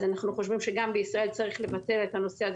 אנחנו חושבים שגם בישראל צריך לבטל את הנושא הזה